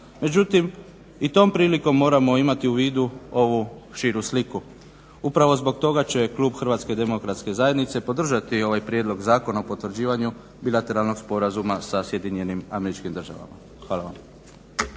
međutim i tom prilikom moramo imati u vidu ovu širu sliku. Upravo zbog toga će klub HDZ-a podržati ovaj Prijedlog zakona o potvrđivanju bilateralnog sporazuma sa SAD-om. Hvala vam.